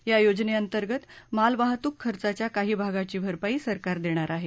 या योजनेअंतर्गत मालवाहतुक खर्चाच्या काही भागाची भरपाई सरकार देणार आहे